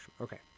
okay